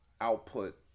output